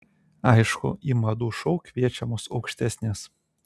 aišku į madų šou kviečiamos aukštesnės